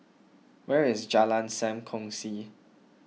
where is Jalan Sam Kongsi